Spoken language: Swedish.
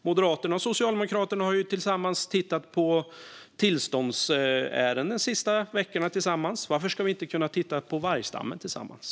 Moderaterna och Socialdemokraterna har ju tillsammans tittat på tillståndsärenden de senaste veckorna. Varför skulle vi inte kunna titta på vargstammen tillsammans?